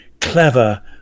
clever